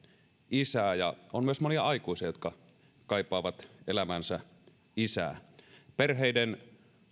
isää ja on myös monia aikuisia jotka kaipaavat elämäänsä isää perheiden